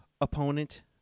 opponent